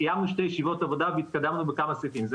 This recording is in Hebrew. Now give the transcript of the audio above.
קיימנו שתי ישיבות עבודה והתקדמנו בכמה סעיפים,